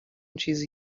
چیزی